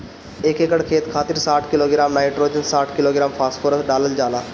एक एकड़ खेत खातिर साठ किलोग्राम नाइट्रोजन साठ किलोग्राम फास्फोरस डालल जाला?